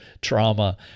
trauma